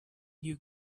you